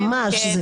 ממש.